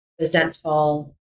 resentful